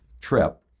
trip